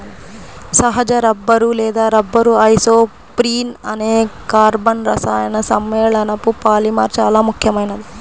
సహజ రబ్బరు లేదా rubber isoprene అనే కర్బన రసాయన సమ్మేళనపు పాలిమర్ చాలా ముఖ్యమైనది